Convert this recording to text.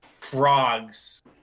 frogs